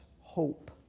hope